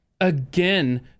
again